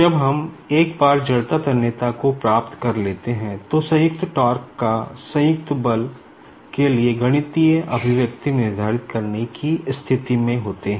जब हम एक बार इनरशिया टेंसेर निर्धारित करने की स्थिति में होते हैं